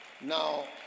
Now